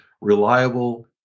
reliable